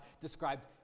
described